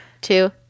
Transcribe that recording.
two